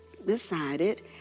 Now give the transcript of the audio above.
Decided